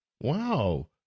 wow